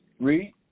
Read